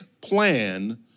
plan